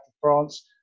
France